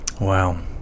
Wow